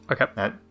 Okay